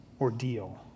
ordeal